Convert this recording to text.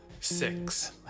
Six